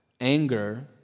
anger